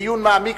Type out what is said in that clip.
בדיון מעמיק,